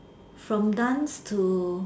from dance to